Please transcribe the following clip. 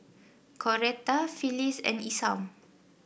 Coretta Phillis and Isam